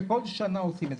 שכל שנה עושים,